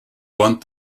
want